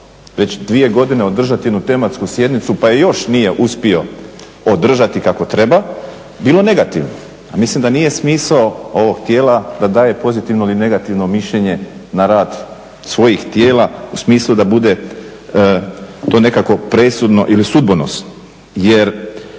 već dvije godine održati jednu tematsku sjednicu pa je još nije uspio održati kako treba bilo negativno. A mislim da nije smisao ovog tijela da daje pozitivno ili negativno mišljenje na rad svojih tijela u smislu da bude to nekakvo presudno ili sudbonosno.